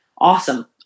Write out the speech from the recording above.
awesome